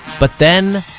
but then,